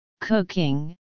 cooking